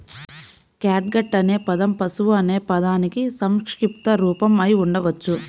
catgut అనే పదం పశువు అనే పదానికి సంక్షిప్త రూపం అయి ఉండవచ్చు